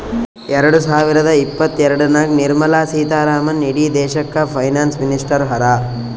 ಎರಡ ಸಾವಿರದ ಇಪ್ಪತ್ತಎರಡನಾಗ್ ನಿರ್ಮಲಾ ಸೀತಾರಾಮನ್ ಇಡೀ ದೇಶಕ್ಕ ಫೈನಾನ್ಸ್ ಮಿನಿಸ್ಟರ್ ಹರಾ